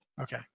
Okay